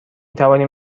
توانیم